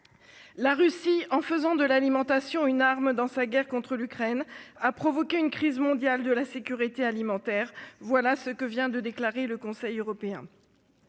La Russie, en faisant de l'alimentation une arme dans sa guerre contre l'Ukraine, a provoqué une crise mondiale de la sécurité alimentaire »: voilà ce que vient de déclarer le Conseil européen.